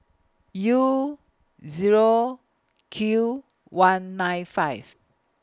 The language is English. U Zero Q one nine five